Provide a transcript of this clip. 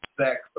sex